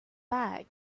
bag